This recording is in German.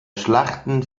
schlachten